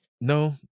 no